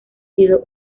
sido